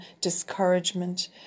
discouragement